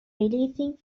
releasing